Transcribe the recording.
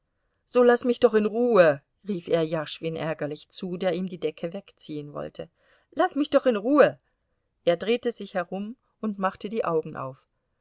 so laß mich doch in ruhe rief er jaschwin ärgerlich zu der ihm die decke wegziehen wollte laß mich doch in ruhe er drehte sich herum und machte die augen auf